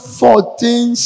fourteen